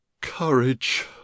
courage